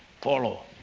follow